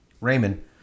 Raymond